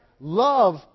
Love